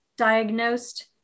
diagnosed